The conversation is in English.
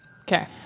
Okay